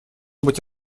быть